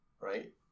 right